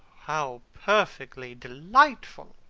how perfectly delightful!